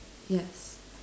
yes